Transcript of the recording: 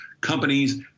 companies